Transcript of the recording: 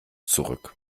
zurück